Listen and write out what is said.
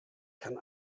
kann